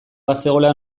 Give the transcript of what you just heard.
bazegoela